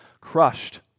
crushed